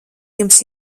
jums